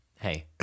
Hey